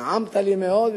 נעמת לי מאוד,